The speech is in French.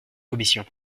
commission